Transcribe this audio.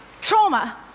trauma